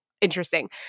interesting